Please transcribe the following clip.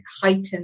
heightened